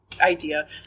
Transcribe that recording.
idea